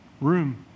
room